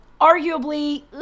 arguably